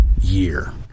year